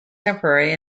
temporary